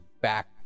back